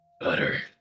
Butter